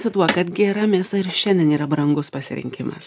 su tuo kad gera mėsa ir šiandien yra brangus pasirinkimas